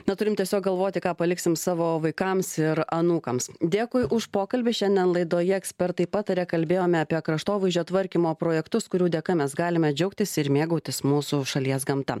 na turim tiesiog galvoti ką paliksim savo vaikams ir anūkams dėkui už pokalbį šiandien laidoje ekspertai pataria kalbėjome apie kraštovaizdžio tvarkymo projektus kurių dėka mes galime džiaugtis ir mėgautis mūsų šalies gamta